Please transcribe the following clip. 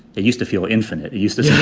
it used to feel infinite, used to